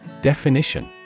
Definition